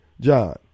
John